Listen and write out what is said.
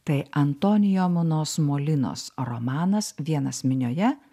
tai antonijo munos molinos romanas vienas minioje